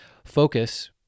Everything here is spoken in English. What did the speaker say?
Focus